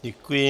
Děkuji.